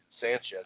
Sanchez